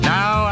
Now